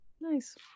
Nice